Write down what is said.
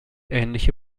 ähnliche